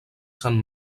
sant